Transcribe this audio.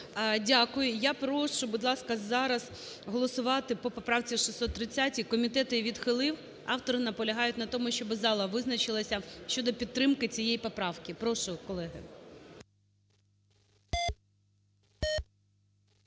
Дякую. Я прошу, будь ласка, зараз голосувати по поправці 630. Комітет її відхилив. Автори наполягають на тому, щоби зала визначилася щодо підтримки цієї поправки. Прошу, колеги.